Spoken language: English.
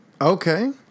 Okay